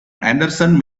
anderson